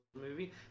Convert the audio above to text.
movie